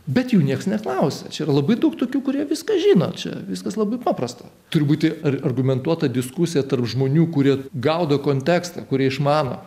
bet jų nieks neklausia čia yra labai daug tokių kurie viską žino čia viskas labai paprasta turi būti argumentuota diskusija tarp žmonių kurie gaudo kontekstą kurie išmano